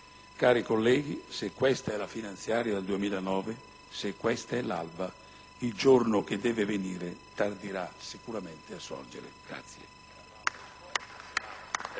Cari colleghi, se questa è la finanziaria del 2009, se questa è l'alba, il giorno che deve venire tarderà sicuramente a sorgere.